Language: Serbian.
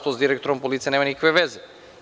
To s direktorom policije nema nikakve veze.